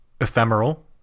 ephemeral